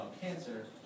cancer